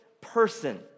person